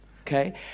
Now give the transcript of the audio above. Okay